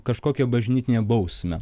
kažkokią bažnytinę bausmę